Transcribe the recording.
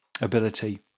ability